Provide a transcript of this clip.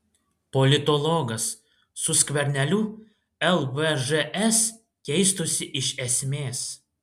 politologas su skverneliu lvžs keistųsi iš esmės